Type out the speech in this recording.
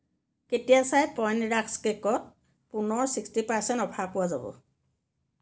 কেতিয়া চাই পইণ্ট ৰাস্ক কেকত পুনৰ ছিক্সটি পাৰ্চেণ্ট অফাৰ পোৱা যাব